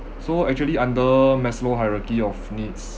so actually under maslow hierarchy of needs